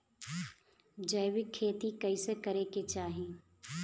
जैविक खेती कइसे करे के चाही?